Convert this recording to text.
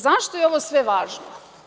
Zašto je ovo sve važno?